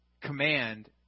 command